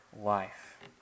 life